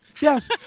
yes